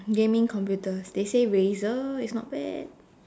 gaming computers they say Razer is not bad